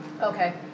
okay